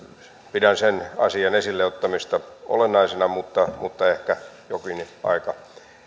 pidän sen asian esilleottamista olennaisena mutta mutta ehkä jokin aika